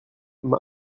m’a